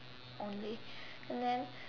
only and then